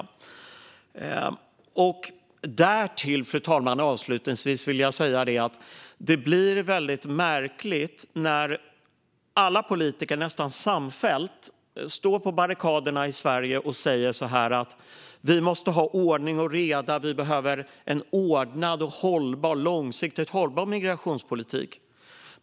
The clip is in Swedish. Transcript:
Därtill, fru talman, vill jag avslutningsvis säga att det blir väldigt märkligt när nästan alla politiker samfällt står på barrikaderna i Sverige och säger: Vi måste ha ordning och reda. Vi behöver en ordnad och långsiktigt hållbar migrationspolitik.